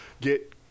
get